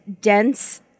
dense